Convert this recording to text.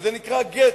וזה נקרא גט.